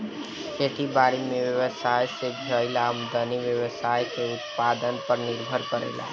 खेती बारी में व्यवसाय से भईल आमदनी व्यवसाय के उत्पादन पर निर्भर करेला